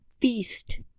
feast